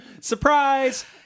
Surprise